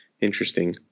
interesting